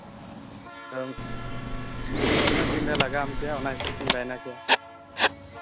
ᱚᱻ ᱟᱢᱫᱚ ᱛᱤᱱᱟᱹᱜ ᱫᱤᱱᱨᱮ ᱞᱟᱜᱟᱣᱟᱢ ᱠᱮᱭᱟ ᱚᱱᱟ ᱦᱤᱥᱟᱹᱵᱛᱤᱧ ᱵᱟᱭᱱᱟ ᱠᱮᱭᱟ